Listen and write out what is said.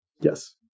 Yes